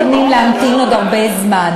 אנחנו לא מתכוונים להמתין עוד הרבה זמן,